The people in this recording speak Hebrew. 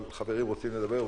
אבל חברים רוצים לדבר.